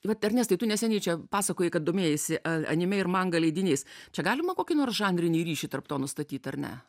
vat ernestai tu neseniai čia pasakojai kad domėjaisi anime ir manga leidiniais čia galima kokį nors žanrinį ryšį tarp to nustatyt ar ne